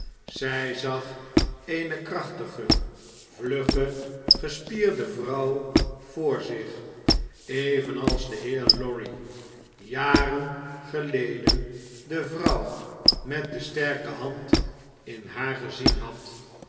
zy zag eene krachtige vlugge gespierde vrouw voor zich evenals de heer lorry jaren geleden de vrouw met de sterke hand in haar gezien had